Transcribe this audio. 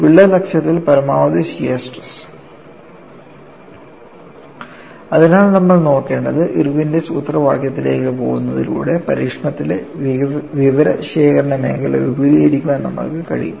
വിള്ളൽ അക്ഷത്തിൽ പരമാവധി ഷിയർ സ്ട്രെസ് അതിനാൽ നമ്മൾ നോക്കേണ്ടത് ഇർവിന്റെ സൂത്രവാക്യത്തിലേക്ക് പോകുന്നതിലൂടെ പരീക്ഷണത്തിലെ വിവരശേഖരണ മേഖല വിപുലീകരിക്കാൻ നമ്മൾക്ക് കഴിയും